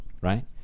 right